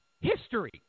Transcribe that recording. history